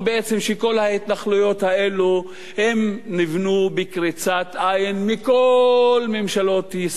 שכל ההתנחלויות האלו נבנו בקריצת עין של כל ממשלות ישראל.